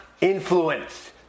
influence